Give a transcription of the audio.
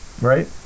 right